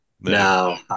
No